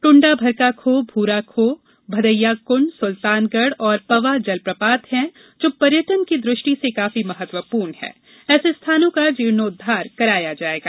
ट्ण्डा भरका खो भूरा खो भदइया कृण्ड सुल्तानगढ़ और पवा जलप्रपात हैं जो पर्यटन की दृष्टि से काफी महत्वपूर्ण हैं ऐसे स्थानों का जीर्णोद्वार कराया जायेगा